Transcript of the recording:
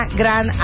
gran